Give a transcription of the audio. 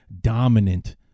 dominant